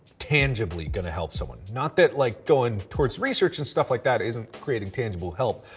tangibly going to help someone. not that like going towards research and stuff like that isn't creating tangible help,